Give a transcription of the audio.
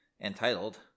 entitled